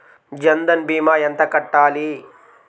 జన్ధన్ భీమా ఎంత కట్టాలి?